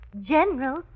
General